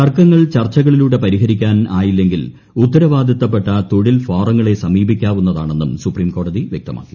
തർക്കങ്ങൾ ചർച്ചകളിലൂടെ പരിഹരിക്കാൻ ആയില്ലെങ്കിൽ ഉത്തരവാദിത്തപെട്ട തൊഴിൽ ഫോറങ്ങളെ സമീപിക്കാവുന്നത് ആണെന്നും സുപ്രീംകോടതി വ്യക്തമാക്കി